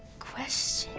question. oh,